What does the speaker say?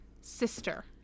sister